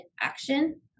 action